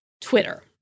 Twitter